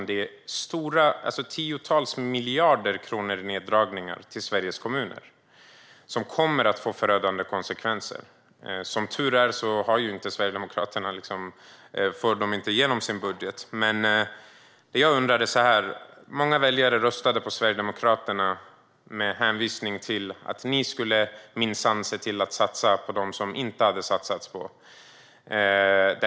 Det är stora neddragningar - tiotals miljarder kronor i neddragningar - på Sveriges kommuner som kommer att få förödande konsekvenser. Som tur är får Sverigedemokraterna inte igenom sin budget, men det jag undrar är detta: Många väljare röstade på Sverigedemokraterna med hänvisning till att ni minsann skulle se till att satsa på dem som det inte hade satsats på.